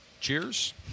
Cheers